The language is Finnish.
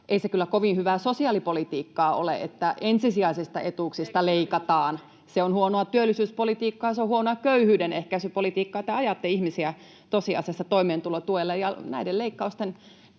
ei se kyllä kovin hyvää sosiaalipolitiikkaa ole, että ensisijaisista etuuksista leikataan. Se on huonoa työllisyyspolitiikkaa, se on huonoa köyhyyden ehkäisypolitiikkaa. Te ajatte ihmisiä tosiasiassa toimeentulotuelle, ja nämä leikkaukset